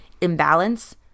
imbalance